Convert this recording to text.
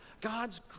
God's